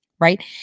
Right